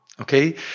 Okay